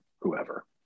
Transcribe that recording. whoever